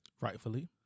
Rightfully